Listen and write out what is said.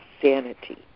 sanity